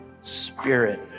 Spirit